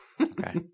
Okay